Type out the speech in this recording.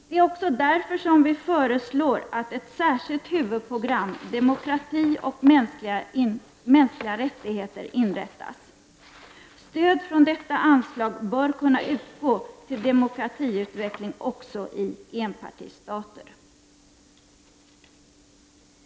Det är också därför som vi föreslår att ett särskilt huvudprogram, Demokrati och mänskliga rättigheter, inrättas. Stöd från detta anslag bör kunna utgå till demokratiutveckling också i enpartistater.